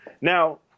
Now